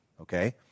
Okay